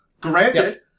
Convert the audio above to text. Granted